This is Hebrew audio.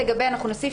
אנחנו לא נתקדם